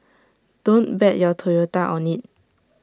don't bet your Toyota on IT